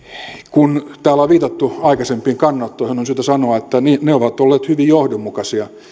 kun täällä on viitattu aikaisempiin kannanottoihin on syytä sanoa että ne ovat olleet hyvin johdonmukaisia